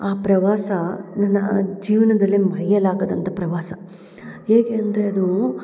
ಆ ಪ್ರವಾಸ ನನ್ನ ಆ ಜೀವನದಲ್ಲೇ ಮರೆಯಲಾಗದಂಥ ಪ್ರವಾಸ ಹೇಗೆ ಅಂದರೆ ಅದು